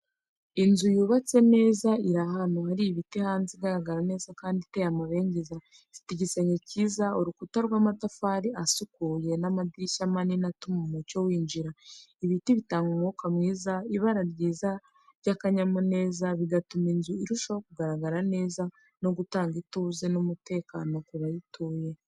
Inzu yubatse neza iri ahantu hari n’ibiti hanze igaragara neza kandi iteye amabengeza. Ifite igisenge cyiza, urukuta rw’amatafari asukuye, n’amadirishya manini atuma umucyo winjira. Ibiti bitanga umwuka mwiza, ibara ryiza, n’akanyamuneza, bigatuma inzu irushaho kugaragara neza no gutanga ituze n’umutekano ku bayituye.